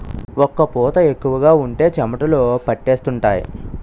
ఒక్క పూత ఎక్కువగా ఉంటే చెమటలు పట్టేస్తుంటాయి